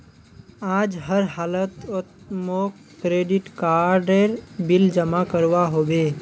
आज हर हालौत मौक क्रेडिट कार्डेर बिल जमा करवा होबे